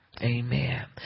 Amen